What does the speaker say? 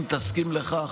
אם תסכים לכך,